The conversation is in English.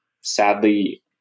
sadly